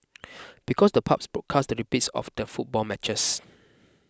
because the pubs broadcast the repeats of the football matches